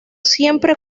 siempre